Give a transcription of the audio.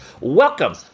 Welcome